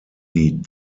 die